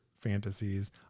fantasies